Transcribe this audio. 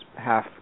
half